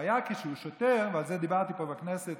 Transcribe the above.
הבעיה כשהוא שוטר, ועל זה דיברתי פה בכנסת